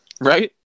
Right